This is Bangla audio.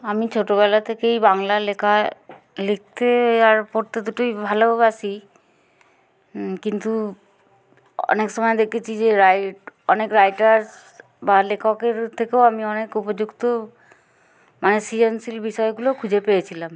আমি ছোটোবেলা থেকেই বাংলা লেখা লিখতে আর পড়তে দুটোই ভালোবাসি কিন্তু অনেক সময় দেখেছি যে রাই অনেক রাইটার বা লেখকের থেকেও আমি অনেক উপযুক্ত মানে সৃজনশীল বিষয়গুলো খুঁজে পেয়েছিলাম